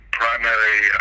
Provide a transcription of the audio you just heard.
primary